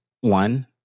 one